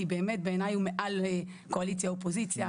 כי באמת בעיניי הוא מעל יחסי קואליציה ואופוזיציה.